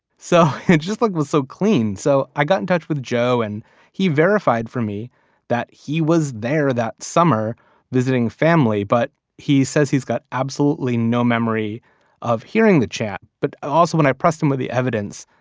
so it just like was so clean. so i got in touch with joe and he verified for me that he was there that summer visiting family, but he says he's got absolutely no memory of hearing the chant, but also when i pressed him with the evidence,